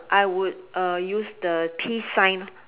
I would uh use the peace sign